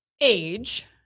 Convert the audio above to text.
age